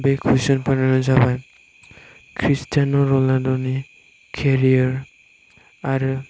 बे कुइशनफोरानो जाबाय क्रिस्टियान' रनालद' नि केरियार आरो